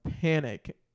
panic